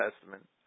Testament